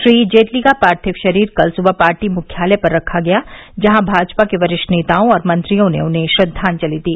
श्री जेटली का पार्थिव शरीर कल सुबह पार्टी मुख्यालय पर रखा गया जहां भाजपा के वरिष्ठ नेताओं और मंत्रियों ने उन्हें श्रद्वांजलि दी